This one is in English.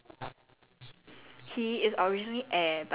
ya ya he's a small bald boy with like